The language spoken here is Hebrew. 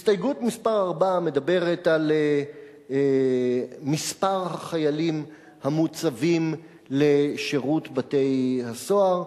הסתייגות מס' 4 מדברת על מספר החיילים המוצבים לשירות בתי-הסוהר,